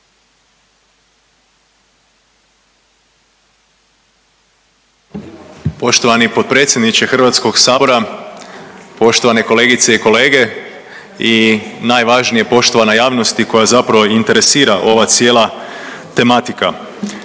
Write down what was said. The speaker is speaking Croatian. Poštovani potpredsjedniče Hrvatskog sabora, poštovane kolegice i kolege i najvažnije poštovana javnosti koja zapravo interesira ova cijela tematika.